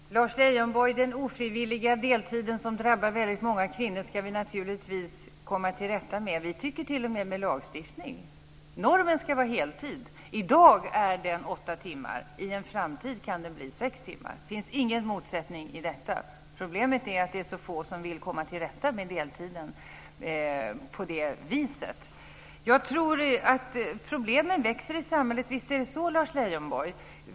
Fru talman! Lars Leijonborg, den ofrivilliga deltid som drabbar väldigt många kvinnor ska vi naturligtvis komma till rätta med - med lagstiftning tycker vi t.o.m. Normen ska vara heltid. I dag är den åtta timmar. I en framtid kan den bli sex timmar. Det finns ingen motsättning i detta. Problemet är att det är så få som vill komma till rätta med deltiden på det viset. Problemen växer i samhället, visst är det så, Lars Leijonborg.